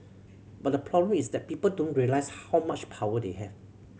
but the problem is that people don't realise how much power they have